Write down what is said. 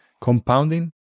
compounding